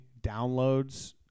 downloads